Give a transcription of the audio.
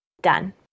done